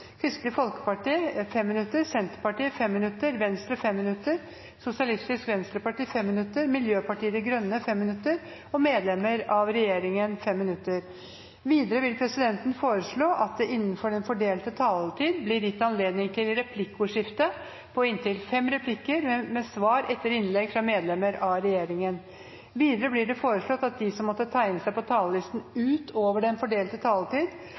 Kristelig Folkeparti 5 minutter, Senterpartiet 5 minutter, Venstre 5 minutter, Sosialistisk Venstreparti 5 minutter, Miljøpartiet De Grønne 5 minutter og medlemmer av regjeringen 5 minutter. Videre vil presidenten foreslå at det blir gitt anledning til replikkordskifte på inntil fem replikker med svar etter innlegg av medlemmer av regjeringen innenfor den fordelte taletid. Videre blir det foreslått at de som måtte tegne seg på talerlisten utover den fordelte taletid,